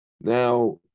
Now